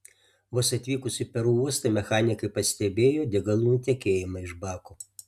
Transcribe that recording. vos atvykus į peru uostą mechanikai pastebėjo degalų nutekėjimą iš bako